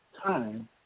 time